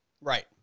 Right